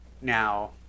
now